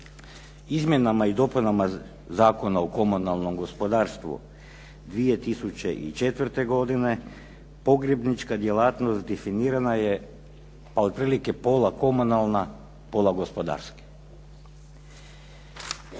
Izmjenama i dopunama Zakona o komunalnom gospodarstvu 2004. godine pogrebnička djelatnost definirana je pa otprilike pola komunalna, pola gospodarski.